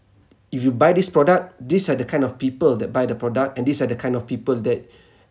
if you buy this product these are the kind of people that buy the product and these are the kind of people that